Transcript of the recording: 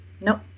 Nope